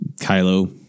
Kylo